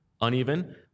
uneven